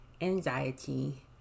anxiety